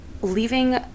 leaving